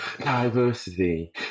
diversity